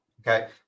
okay